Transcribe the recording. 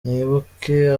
mwibuke